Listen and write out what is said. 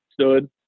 stood